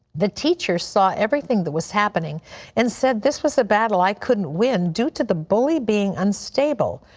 the teacher saw everything that was happening and said this was a battle i couldn't win due to the bully being unstable.